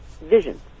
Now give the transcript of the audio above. vision